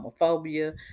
homophobia